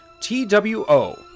T-W-O